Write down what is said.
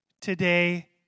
today